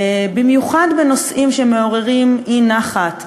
במיוחד בנושאים שמעוררים אי-נחת,